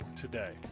today